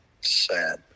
sad